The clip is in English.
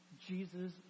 Jesus